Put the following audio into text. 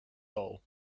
all